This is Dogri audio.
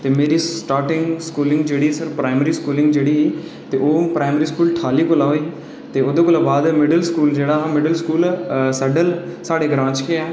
मेरी स्टाटिंग स्कूलिंग मेरी प्राईमरी स्कूलिंग जेह्ड़ी ऐ ओह् प्राईमरी स्कूल ठाल्ली थमां होई ते ओह्दे कोला बाद मिडिल स्कूल जेह्ड़ा हा मिडिल स्कूल सड्डल साढ़े ग्रांऽ च गै हा